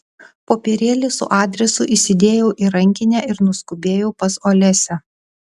popierėlį su adresu įsidėjau į rankinę ir nuskubėjau pas olesią